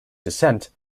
dissent